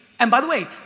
and by the way,